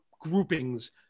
groupings